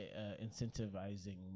incentivizing